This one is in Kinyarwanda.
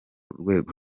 rwego